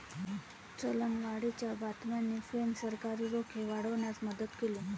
चलनवाढीच्या बातम्यांनी फ्रेंच सरकारी रोखे वाढवण्यास मदत केली